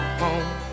home